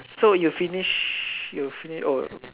so you finish you finish oh